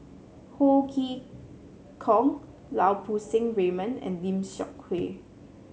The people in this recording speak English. Ho Chee Kong Lau Poo Seng Raymond and Lim Seok Hui